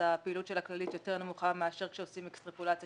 הפעילות של הכללית יותר נמוכה מאשר כאשר עושים אקספרקולציה